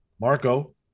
Marco